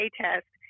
test